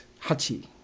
Hachi